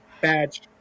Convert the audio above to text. Badge